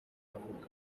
avuga